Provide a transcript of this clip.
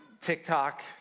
TikTok